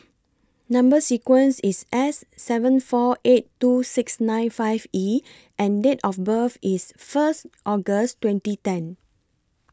Number sequence IS S seven four eight two six nine five E and Date of birth IS First August twenty ten